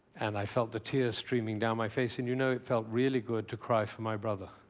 and i felt the tears streaming down my face. and you know it felt really good to cry for my brother.